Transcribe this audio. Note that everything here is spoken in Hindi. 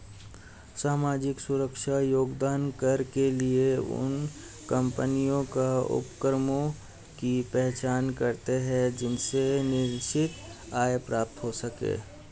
सामाजिक सुरक्षा योगदान कर के लिए उन कम्पनियों या उपक्रमों की पहचान करते हैं जिनसे निश्चित आय प्राप्त हो सके